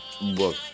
look